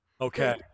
Okay